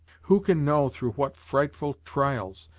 who can know through what frightful trials,